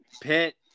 Pitt